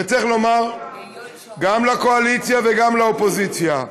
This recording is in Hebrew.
צריך לומר גם לקואליציה וגם לאופוזיציה,